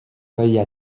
feuilles